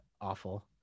awful